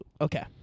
Okay